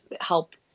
help